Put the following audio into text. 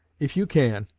if you can,